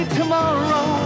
tomorrow